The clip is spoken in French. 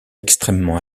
extrêmement